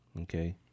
Okay